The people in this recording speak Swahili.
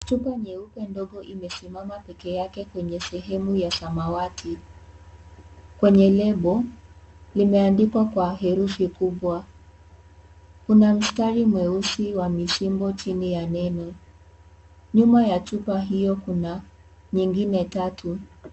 Chupa nyeupe ndogo imesimama peke yake kwenye sehemu ya samawati, kwenye label limeandikwa kwa herufi kubwa, kuna mstari mweusi wa mseno chini ya neno, nyuma ya chupa hiyo kuna nyingine tatu.